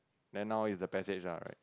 then now it's a passage one right